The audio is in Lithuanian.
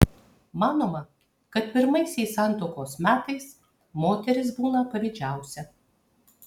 manoma kad pirmaisiais santuokos metais moteris būna pavydžiausia